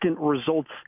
results